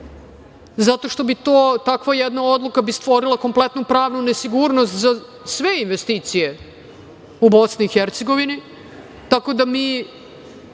zato što bi takva jedna odluka bi stvorila kompletnu pravnu nesigurnost za sve investicije u Bosni